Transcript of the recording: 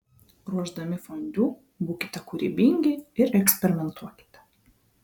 ruošdami fondiu būkite kūrybingi ir eksperimentuokite